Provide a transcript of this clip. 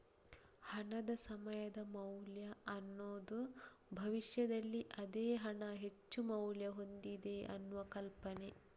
ಹಣದ ಸಮಯದ ಮೌಲ್ಯ ಅನ್ನುದು ಭವಿಷ್ಯದಲ್ಲಿ ಅದೇ ಹಣ ಹೆಚ್ಚು ಮೌಲ್ಯ ಹೊಂದಿದೆ ಅನ್ನುವ ಕಲ್ಪನೆ